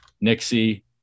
Nixie